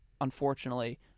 unfortunately